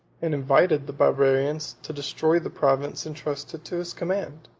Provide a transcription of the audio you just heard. and invited the barbarians to destroy the province intrusted to his command.